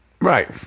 Right